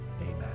Amen